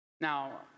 Now